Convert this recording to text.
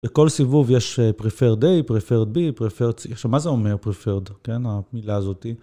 בכל סיבוב יש Preferred A, Preferred B, Preferred C. עכשיו, מה זה אומר Preferred, המילה הזאת?